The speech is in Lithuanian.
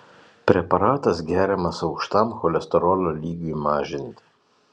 preparatas geriamas aukštam cholesterolio lygiui mažinti